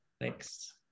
Thanks